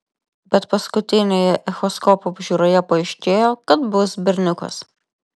bet paskutinėje echoskopo apžiūroje paaiškėjo kad bus berniukas